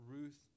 Ruth